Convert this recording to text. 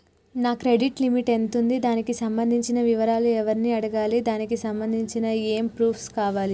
నా credit limit ఎంత ఉంది? దానికి సంబంధించిన వివరాలు ఎవరిని అడగాలి? దానికి సంబంధించిన ఏమేం ప్రూఫ్స్ కావాలి?